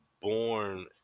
born